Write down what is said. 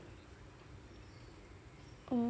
oh